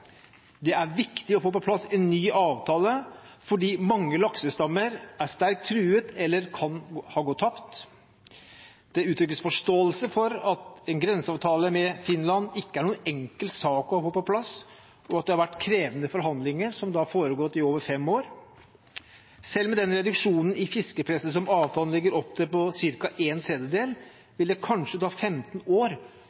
Det er viktig å få på plass en ny avtale fordi mange laksestammer er sterkt truet eller kan ha gått tapt. Det uttrykkes forståelse for at en grenseavtale med Finland ikke er noen enkel sak å få på plass, og at det har vært krevende forhandlinger, som har foregått i over fem år. Selv med den reduksjonen i fiskepresset som avtalen legger opp til, på ca. en tredjedel,